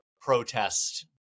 protest